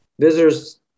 Visitors